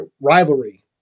rivalry